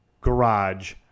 garage